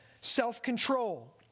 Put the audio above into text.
self-control